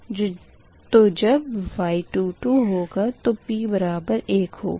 तो जब Y22 होगा तो p बराबर एक होगा